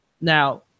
Now